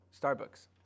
Starbucks